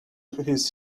his